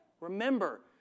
Remember